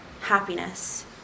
happiness